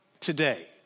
today